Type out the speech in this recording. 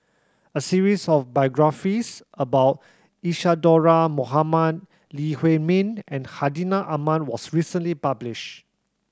a series of biographies about Isadhora Mohamed Lee Huei Min and Hartinah Ahmad was recently published